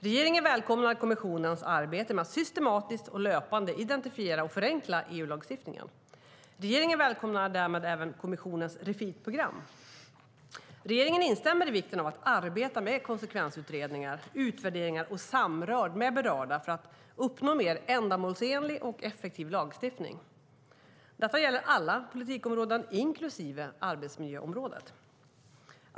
Regeringen välkomnar kommissionens arbete med att systematiskt och löpande identifiera och förenkla EU-lagstiftningen. Regeringen välkomnar därmed även kommissionens Refit-program. Regeringen instämmer i vikten av att arbeta med konsekvensutredningar, utvärderingar och samråd med berörda för att uppnå en mer ändamålsenlig och effektiv lagstiftning. Detta gäller alla politikområden, inklusive arbetsmiljöområdet.